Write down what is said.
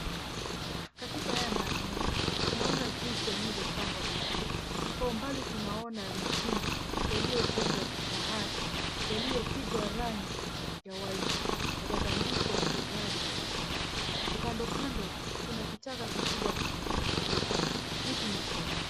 Katika haya maeneo, tunuona jinsi yalivyo, pangwa vizuri. Kwa umbali tunuona majumba yalivyo jengwa ya kifahari, yaliyo pigwa rangi ya white , na matandiko tondobari ya brown . Kando kando kuna kichaka kikubwa cha green , miti mikubwa mikubwa.